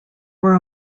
were